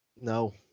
No